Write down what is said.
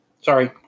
sorry